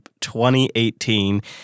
2018